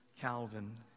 Calvin